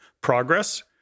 Progress